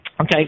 Okay